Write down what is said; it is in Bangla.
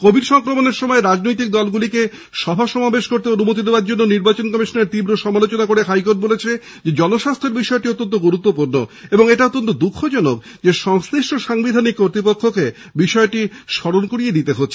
কোভিড সংক্রমণের সময় রাজনৈতিক দলগুলিকে সভা সমাবেশ করতে অনুমতি দেওয়ার জন্য নির্বাচন কমিশনের তীব্র সমালোচনা করে হাইকোর্ট বলেছে জনস্বাস্থ্য বিষয়টি অত্যন্ত গুরুত্বপূর্ণ এবং এটা অত্যন্ত দুঃখজনক যে সংশ্লিষ্ট সাংবিধানিক কর্তৃপক্ষকে বিষয়টি স্মরণ করিয়ে দিতে হচ্ছে